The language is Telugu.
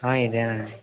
ఇదే అండి